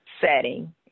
setting